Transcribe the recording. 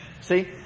See